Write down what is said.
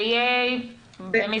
זה יהיה במסגרת שלוש הדקות שהוקצו לכם,